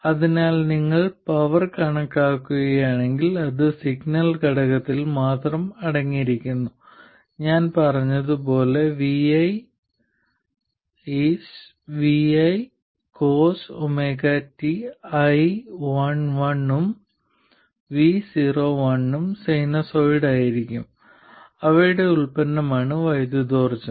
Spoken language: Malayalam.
അതിനാൽ നിങ്ങൾ പവർ കണക്കാക്കുകയാണെങ്കിൽ അത് സിഗ്നൽ ഘടകത്തിൽ മാത്രം അടങ്ങിയിരിക്കുന്നു ഞാൻ പറഞ്ഞത് പോലെ vi is vi cosωt iL1 ഉം vo1 ഉം സിനസോയിഡ്സ് ആയിരിക്കും അവയുടെ ഉൽപ്പന്നമാണ് വൈദ്യുതിയോർജ്ജം